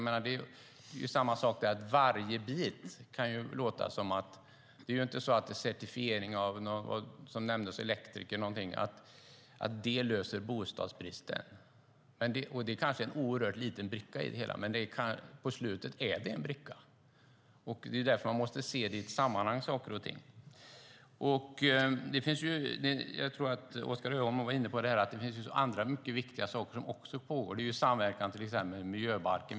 En enskild del - till exempel certifiering av elektriker, som det nämndes något om - löser ju inte bostadsbristen, utan den är kanske bara en oerhört liten bricka i det hela, men det är trots allt en del av det hela. Man måste se saker och ting i deras sammanhang. Oskar Öholm var inne på att det finns mycket annat viktigt som pågår, till exempel samverkan med miljöbalken.